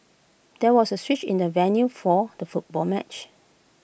there was A switch in the venue for the football match